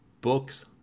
books